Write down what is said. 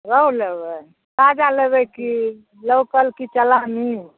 रौह लेबै ताजा लेबैकी लोकल कि चलानी